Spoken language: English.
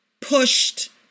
pushed